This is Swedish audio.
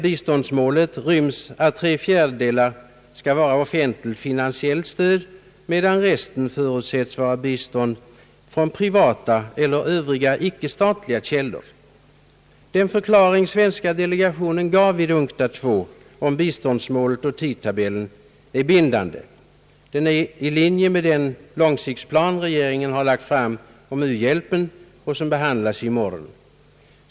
Biståndsmålet innebär att tre fjärdedelar av biståndet skall vara offentligt finansiellt stöd, medan resten förutsätts vara bistånd från privata eller övriga icke-statliga källor. Den förklaring den svenska delegationen gav vid UNCTAD II om biståndsmålet och tidtabellen var bindande. Den är i linje med den långsiktsplan som regeringen lagt fram om u-hjälpen och som behandlas av riksdagen i morgon.